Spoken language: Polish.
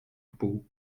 wpół